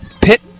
pit